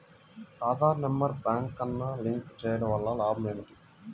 Aadhaar number బ్యాంక్నకు link చేయుటవల్ల లాభం ఏమిటి?